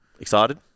excited